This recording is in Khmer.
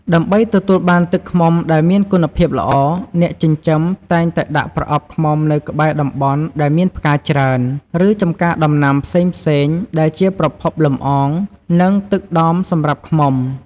ដើម្បីទទួលបានទឹកឃ្មុំដែលមានគុណភាពល្អ អ្នកចិញ្ចឹមតែងតែដាក់ប្រអប់ឃ្មុំនៅក្បែរតំបន់ដែលមានផ្កាច្រើន ឬចំការដំណាំផ្សេងៗ ដែលជាប្រភពលំអង និងទឹកដមសម្រាប់ឃ្មុំ។